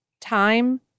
time